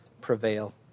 prevail